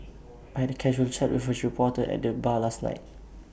I had A casual chat with A reporter at the bar last night